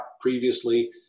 previously